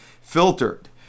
filtered